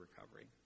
recovery